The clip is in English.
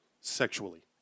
Sexually